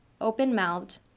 open-mouthed